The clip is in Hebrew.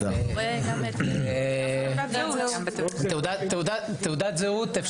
זה קורה גם עם תעודת זהות.